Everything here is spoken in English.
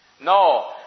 No